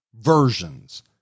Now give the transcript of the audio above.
versions